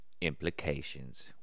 implications